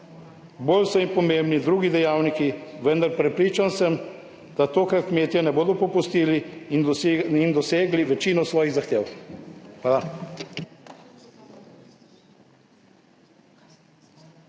Bolj so jim pomembni drugi dejavniki. Vendar prepričan sem, da tokrat kmetje ne bodo popustili in dosegli večino svojih zahtev. Hvala.